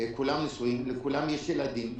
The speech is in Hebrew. לכולם יש ילדים.